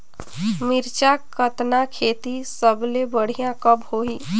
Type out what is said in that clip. मिरचा कतना खेती सबले बढ़िया कब होही?